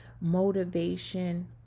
motivation